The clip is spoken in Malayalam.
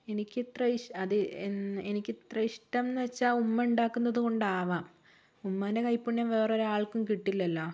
എനിക്കിത്ര അത് എനിക്കിത്ര ഇഷ്ടം എന്നു വച്ചാൽ ഉമ്മ ഉണ്ടാക്കുന്നത് കൊണ്ടാവാം ഉമ്മാൻ്റെ കൈപ്പുണ്യം വേറൊരാൾക്കും കിട്ടില്ലല്ലോ